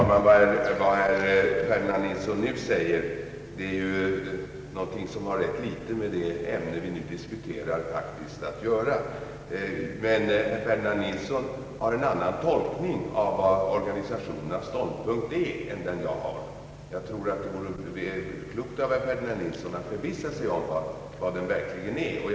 Herr talman! Vad herr Ferdinand Nilsson senast sade har ju ganska litet med det ämne att göra som vi här diskuterar. Herr Nilsson tolkar organisationernas ståndpunkt på annat sätt än jag, men jag tycker det skulle vara klokt om han verkligen förvissade sig om vilken ståndpunkt organisationerna intar.